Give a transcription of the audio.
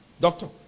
Doctor